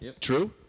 true